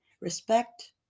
Respect